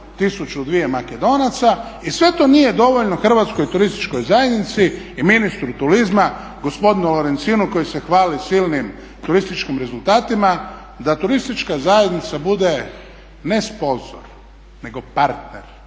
i sve to nije dovoljno Hrvatskoj turističkoj zajednici i ministru turizma gospodinu Lorencinu koji se hvali silnim turističkim rezultatima, da turistička zajednica bude ne sponzor nego partner,